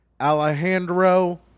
Alejandro